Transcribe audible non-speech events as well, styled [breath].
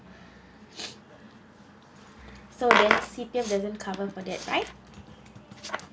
[breath] so then C_P_F doesn't cover for that right